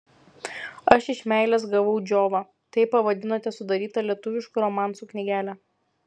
aš iš meilės gavau džiovą taip pavadinote sudarytą lietuviškų romansų knygelę